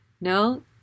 no